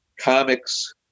comics